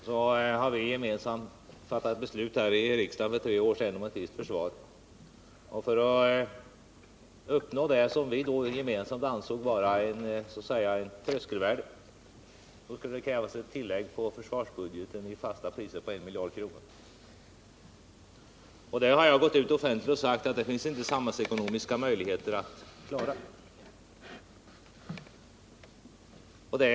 Herr talman! Det här börjar bli intressant. Till Gunnar Björk vill jag säga: Vi har här i riksdagen gemensamt fattat beslut för tre år sedan om ett visst försvar. För att uppnå det som vi då gemensamt ansåg vara ett så att säga tröskelvärde skulle det krävas ett tillägg till försvarsbudgeten på 1 miljard i fasta priser. Jag har sedan gått ut offentligt och sagt att det inte finns samhällsekonomiska möjligheter att klara det.